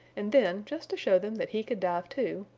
and then just to show them that he could dive, too,